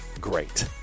great